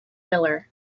miller